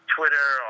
Twitter